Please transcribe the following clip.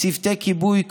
צוותי כיבוי,